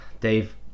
dave